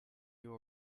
you